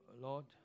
Lord